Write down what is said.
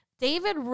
David